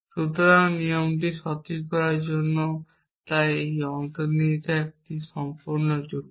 সুতরাং নিয়মটি সঠিক হওয়ার জন্য তাই এই অন্তর্নিহিততাটি একটি সম্পূর্ণ যুক্তি